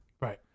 Right